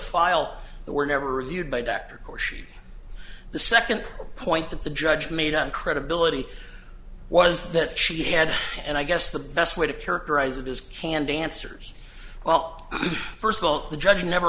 file that were never reviewed by doctors or she the second point that the judge made on credibility was that she had and i guess the best way to characterize it is candid answers well first of all the judge never